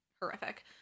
horrific